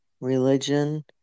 religion